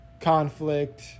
conflict